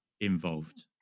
involved